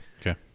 Okay